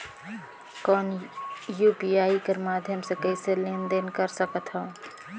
कौन यू.पी.आई कर माध्यम से कइसे लेन देन कर सकथव?